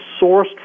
sourced